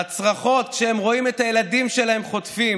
הצרחות כשהם רואים את הילדים שלהם חוטפים